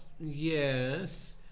Yes